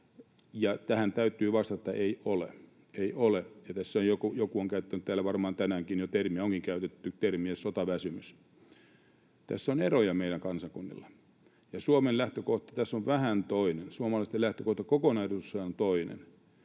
tähän täytyy vastata: ei ole. Ei ole. Joku on käyttänyt täällä varmaan tänäänkin jo termiä, onkin käytetty termiä ”sotaväsymys”. Tässä on eroja meillä kansakunnilla, ja Suomen lähtökohta tässä on vähän toinen. Suomalaisten lähtökohta kokonaisuudessaan on toinen.